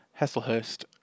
Hesselhurst